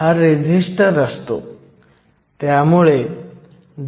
एक built in potential Vo जंक्शनवर तयार होते